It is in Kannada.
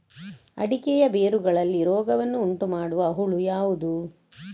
ಅಡಿಕೆಯ ಬೇರುಗಳಲ್ಲಿ ರೋಗವನ್ನು ಉಂಟುಮಾಡುವ ಹುಳು ಯಾವುದು?